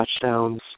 touchdowns